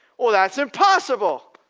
oh that's impossible,